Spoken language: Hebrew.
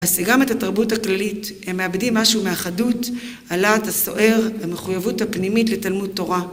בהשיגם את התרבות הכללית, הם מאבדים משהו מהחדות, הלהט הסוער, והמחויבות הפנימית לתלמוד תורה.